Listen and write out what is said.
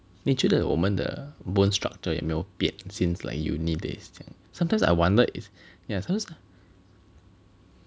你觉得我们的 bone structure 也没有变 since like uni days sometimes I wonder is yeah sometimes I